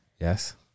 Yes